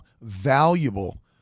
valuable